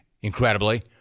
incredibly